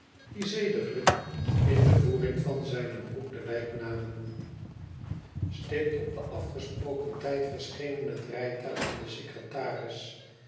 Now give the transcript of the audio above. die zediglijk m de voering van zijne broek de wijk namen stipt op den afgesproken tijd verschenen het rijtuig en de secretaris